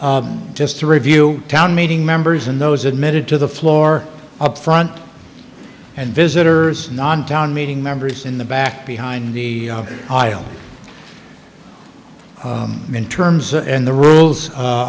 just to review town meeting members and those admitted to the floor up front and visitors non town meeting members in the back behind the aisle midterms and the rules